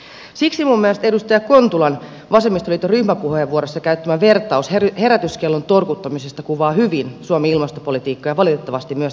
siksi minun mielestäni edustaja kontulan vasemmistoliiton ryhmäpuheenvuorossa käyttämä vertaus herätyskellon torkuttamisesta kuvaa hyvin suomen ilmastopolitiikkaa ja valitettavasti myös tätä strategiaa